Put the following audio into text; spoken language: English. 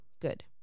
good